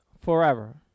forever